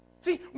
See